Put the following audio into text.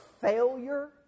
failure